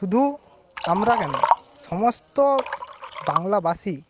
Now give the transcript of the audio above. শুধু আমরা কেন সমস্ত বাংলাবাসী